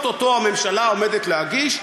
או-טו-טו הממשלה עומדת להגיש,